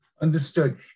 Understood